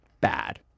Bad